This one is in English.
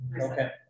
Okay